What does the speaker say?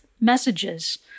messages